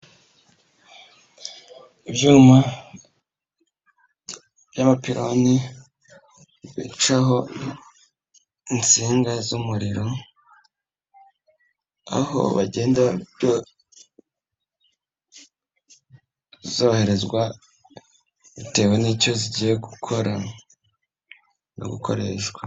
Ibyuma by’amapiloni bicaho insinga z’umuriro, aho bagenda zoherezwa bitewe n'icyo zigiye gukora no gukoreshwa.